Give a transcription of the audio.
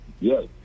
Yes